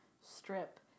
Strip